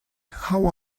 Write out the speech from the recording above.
how